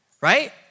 right